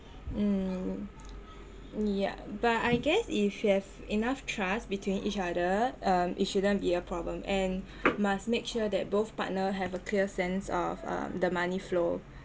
mm yeah but I guess if you have enough trust between each other um it shouldn't be a problem and must make sure that both partner have a clear sense of uh the money flow